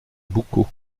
boucau